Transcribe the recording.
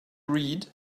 read